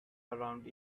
around